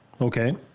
Okay